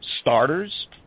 starters